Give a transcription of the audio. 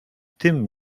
tym